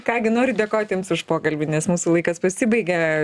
ką gi noriu dėkoti jums už pokalbį nes mūsų laikas pasibaigia